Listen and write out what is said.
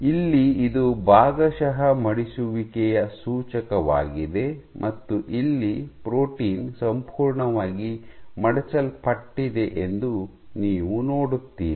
ಇಲ್ಲಿ ಇದು ಭಾಗಶಃ ಮಡಿಸುವಿಕೆಯ ಸೂಚಕವಾಗಿದೆ ಮತ್ತು ಇಲ್ಲಿ ಪ್ರೋಟೀನ್ ಸಂಪೂರ್ಣವಾಗಿ ಮಡಚಲ್ಪಟ್ಟಿದೆ ಎಂದು ನೀವು ನೋಡುತ್ತೀರಿ